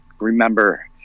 remember